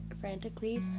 frantically